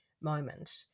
moment